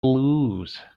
lose